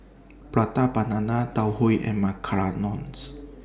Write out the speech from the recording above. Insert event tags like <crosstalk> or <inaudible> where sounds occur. Prata Banana Tau Huay and <unintelligible> <noise>